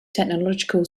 technological